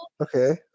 Okay